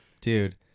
Dude